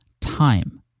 time